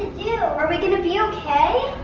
you know are we gonna be okay?